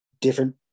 different